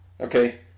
okay